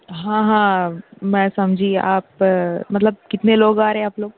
ہاں ہاں میں سمجھی آپ مطلب کتنے لوگ آرہے آپ لوگ